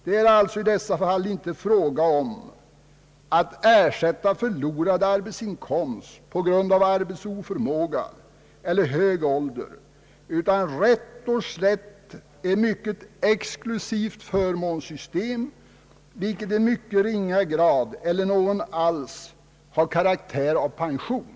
Det är alltså i detta fall inte fråga om att ersätta förlorad arbetsinkomst på grund av arbetsoförmåga eller hög ålder, utan rätt och slätt om ett mycket exklusivt förmånssystem, vilket i mycket ringa grad eller ingen alls har karaktär av pension.